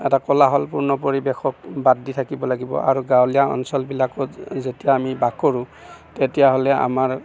এটা কোলাহলপূৰ্ণ পৰিৱেশক বাদ দি থাকিব লাগিব আৰু গাঁৱলীয়া অঞ্চলবিলাকত যেতিয়া আমি বাস কৰোঁ তেতিয়াহ'লে আমাৰ